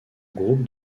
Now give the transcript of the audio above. groupe